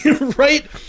right